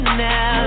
now